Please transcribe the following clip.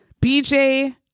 bj